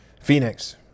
Phoenix